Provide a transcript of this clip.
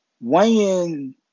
Weighing